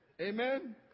Amen